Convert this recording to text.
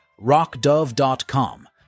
rockdove.com